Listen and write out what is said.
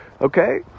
Okay